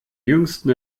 jüngsten